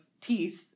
teeth